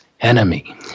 enemy